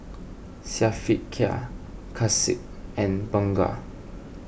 Syafiqah Kasih and Bunga